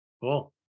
Cool